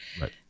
Right